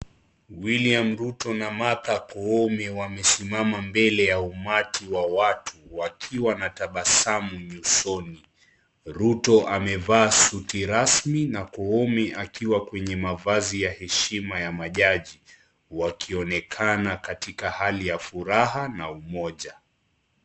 William Ruto na Martha koome wamesimama mbele ya umati wa watu, wakiwa na tabasamu nyusoni. Ruto amevaa suti rasmi na Koome akiwa kwenye mavazi ya heshima ya majaji. Wakionekana katika hali ya furaha na umoja.